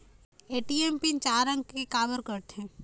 ATM PIN चार अंक के का बर करथे?